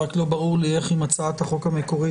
רק לא ברור לי איך היא מצאה את החוק המקורי,